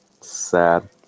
sad